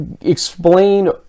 explain